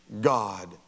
God